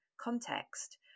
context